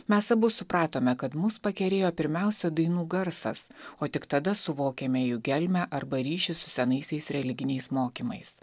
mes abu supratome kad mus pakerėjo pirmiausia dainų garsas o tik tada suvokiame jų gelmę arba ryšį su senaisiais religiniais mokymais